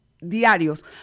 diarios